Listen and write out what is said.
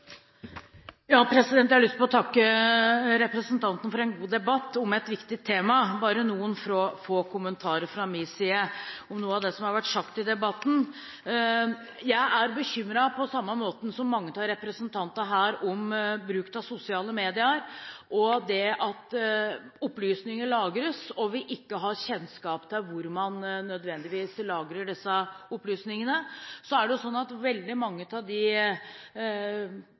Jeg har lyst til å takke representantene for en god debatt om et viktig tema. Bare noen få kommentarer fra min side om noe av det som har vært sagt i debatten. Jeg er bekymret, på samme måte som mange av representantene her, for bruken av sosiale medier og det at opplysninger lagres og vi ikke har kjennskap til hvor man nødvendigvis lagrer disse opplysningene. Så er det sånn at veldig mange av